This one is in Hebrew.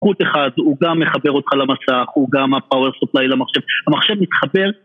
חוט אחד, הוא גם מחבר אותך למסך, הוא גם ה-Power Supply למחשב, המחשב מתחבר